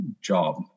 job